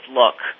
look